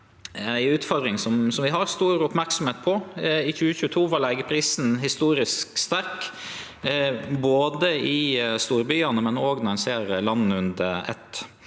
ei utfordring vi har stor merksemd på. I 2022 var leigeprisen historisk sterk, både i storbyane og når ein ser landet under